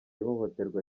ihohoterwa